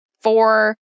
four